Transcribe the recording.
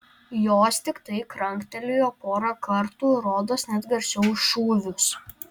jos tiktai kranktelėjo porą kartų rodos net garsiau už šūvius